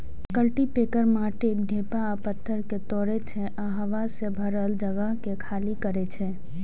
cultipacker माटिक ढेपा आ पाथर कें तोड़ै छै आ हवा सं भरल जगह कें खाली करै छै